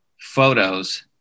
photos